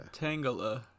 Tangela